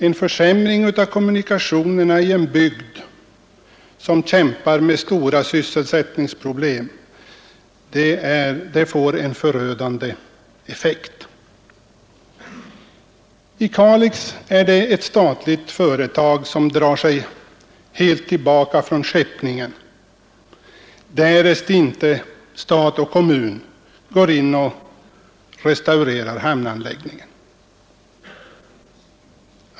En försämring av kommunikationerna i en bygd som kämpar med stora sysselsättningsproblem får en förödande effekt. I Kalix är det ett statligt företag som drar sig helt tillbaka från skeppningen därest inte stat och kommun går in och restaurerar hamnanläggningen.